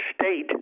State